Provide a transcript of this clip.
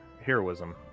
heroism